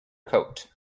coat